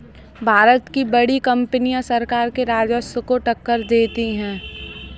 भारत की बड़ी कंपनियां सरकार के राजस्व को टक्कर देती हैं